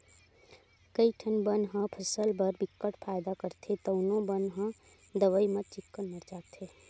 कइठन बन ह फसल बर बिकट फायदा करथे तउनो बन ह दवई म चिक्कन मर जाथे